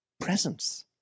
presence